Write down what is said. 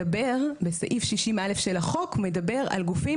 מדבר בסעיף 60(א) של החוק מדבר על גופים